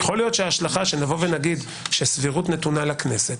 יכול להיות שההשלכה שנגיד שהסבירות נתונה לכנסת,